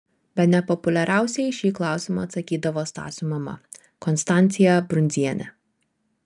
bene populiariausiai į šį klausimą atsakydavo stasio mama konstancija brundzienė